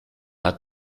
hat